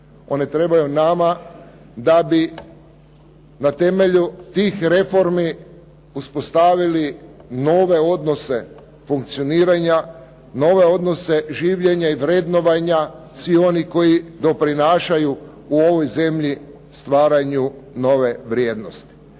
One trebaju nama da bi na temelju tih reformi uspostavili nove odnose funkcioniranja, nove odnose življenja i vrednovanja svih onih koji doprinašaju u ovoj zemlji stvaranju nove vrijednosti.